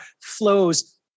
flows